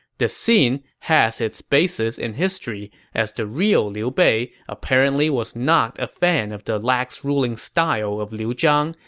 this scene has its basis in history, as the real liu bei apparently was not a fan of the lax ruling style of liu zhang,